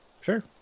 sure